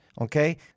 okay